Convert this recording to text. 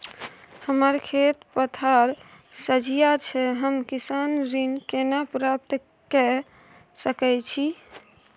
हमर खेत पथार सझिया छै हम किसान ऋण केना प्राप्त के सकै छी?